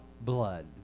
blood